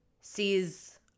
sees